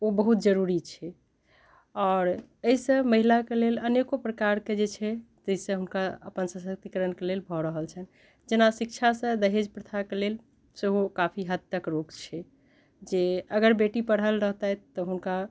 ओ बहुत जरूरी छै आओर एहिसँ महिला के लेल अनेको प्रकार के जे छै जाहिसँ हुनका अपन सशक्तिकरण के लेल भऽ रहल छनि जेना शिक्षा सँ दहेज प्रथा के लेल सेहो काफी हद तक रोक छै जे अगर बेटी पढ़ल रहतैथ तऽ हुनका